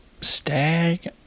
Stag